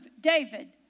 David